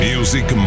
Music